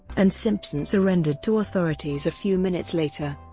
and simpson surrendered to authorities a few minutes later.